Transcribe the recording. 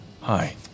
hi